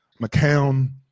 McCown